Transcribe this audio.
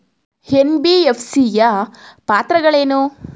NBFC ಯ ಪಾತ್ರಗಳೇನು?